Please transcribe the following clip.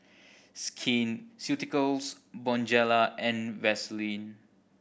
Skin Ceuticals Bonjela and Vaselin